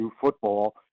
football